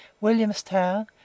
Williamstown